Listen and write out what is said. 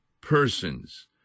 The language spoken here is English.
persons